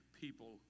people